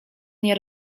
nie